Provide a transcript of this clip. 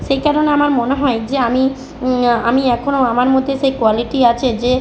সেই কারণে আমার মনে হয় যে আমি আমি এখনও আমার মধ্যে সেই কোয়ালিটি আছে যে